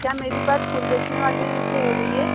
क्या मेरी बात फूल बेचने वाली से हो रही है